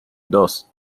dos